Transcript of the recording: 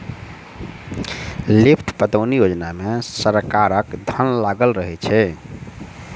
lift पटौनी योजना मे सरकारक धन लागल रहैत छै